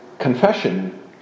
Confession